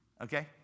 okay